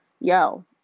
yo